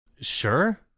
sure